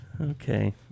Okay